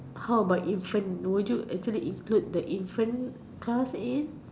how about infant would you actually include the infant class in